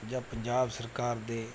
ਜਾਂ ਪੰਜਾਬ ਸਰਕਾਰ ਦੇ